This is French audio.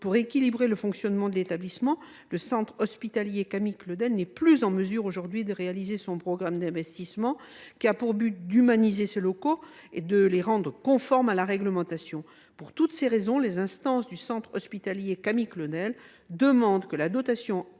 pour équilibrer le fonctionnement de l’établissement, le centre hospitalier Camille Claudel n’est plus en mesure aujourd’hui de réaliser son programme d’investissement qui a pour but d’humaniser ses locaux et de les rendre conformes à la réglementation. Pour toutes ces raisons, les instances dudit centre hospitalier demandent que la dotation annuelle